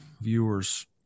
viewers